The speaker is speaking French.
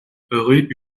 rue